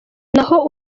naho